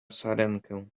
sarenkę